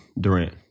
Durant